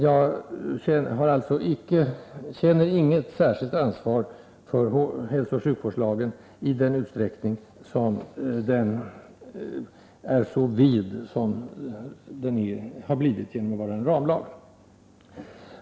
Jag känner inget särskilt ansvar för hälsooch sjukvårdslagen i den mån den är så vid som den blivit genom att vara en ramlag.